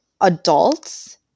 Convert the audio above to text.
adults